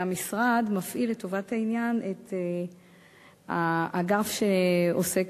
המשרד מפעיל לטובת העניין את האגף שעוסק